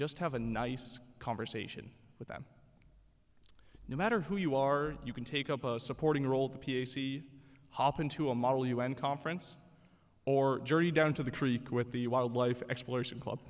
just have a nice conversation with them no matter who you are you can take up a supporting role the p c hop into a model un conference or journey down to the creek with the wildlife exploration club